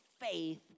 faith